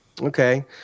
Okay